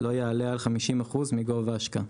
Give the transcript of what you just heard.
לא יעלה על 50% מגובה ההשקעה.".